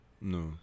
No